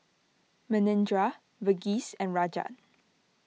Manindra Verghese and Rajat